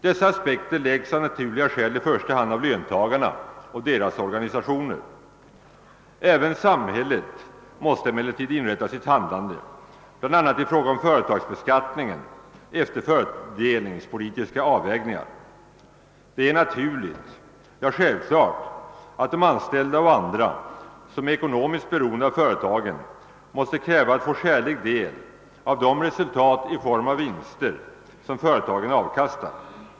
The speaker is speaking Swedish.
Dessa aspekter anläggs av naturliga skäl i första hand av löntagarna och deras organisationer. Även samhället måste dock inrätta sitt handlande efter fördelningspolitiska avvägningar, bl.a. med hänsyn till företagsbeskattningen. Det är naturligt — ja, självklart — att de anställda och andra som är ekonomiskt beroende av företagen måste kräva att få skälig del av de resultat i form av vinster som företagen avkastar.